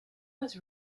was